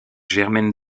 germaine